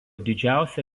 didžiausia